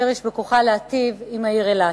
אשר יש בכוחה להיטיב עם העיר אילת.